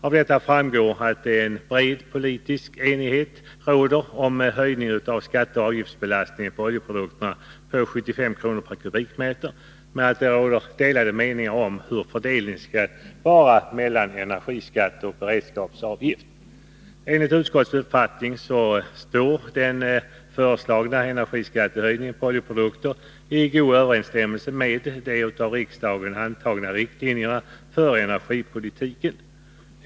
Av detta framgår att en bred politisk enighet råder om en höjning av skatteoch avgiftsbelastningen på oljeprodukter med 75 kr./m?, men att det råder delade meningar om hur fördelningen skall vara mellan energiskatt och beredskapsavgift. Enligt utskottets uppfattning står den föreslagna energiskattehöjningen på oljeprodukter i god överensstämmelse med de av riksdagen antagna riktlinjerna för energipolitiken.